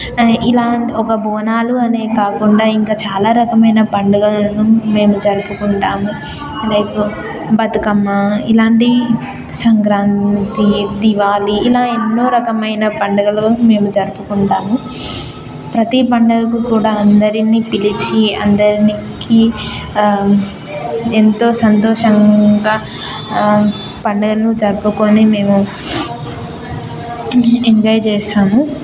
ఇలా ఒక బోనాలు అనే కాకుండా ఇంకా చాలా రకమైన పండుగలను మేము జరుపుకుంటాము లైక్ బతుకమ్మ ఇలాంటివి సంక్రాంతి దివాళీ ఇలా ఎన్నో రకమైన పండుగలు మేము జరుపుకుంటాము ప్రతి పండగకి కూడా అందరినీ పిలిచి అందరికీ ఎంతో సంతోషంగా పండుగను జరుపుకొని మేము ఎంజాయ్ చేస్తాము